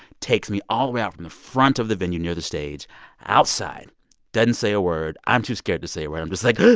takes me all the way out from the front of the venue near the stage outside doesn't say a word. i'm too scared to say a word. i'm just like